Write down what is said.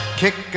kick